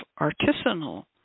artisanal